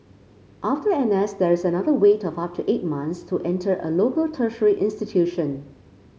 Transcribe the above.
after N S there is another wait of up to eight months to enter a local tertiary institution